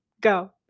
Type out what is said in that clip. Go